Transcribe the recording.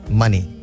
money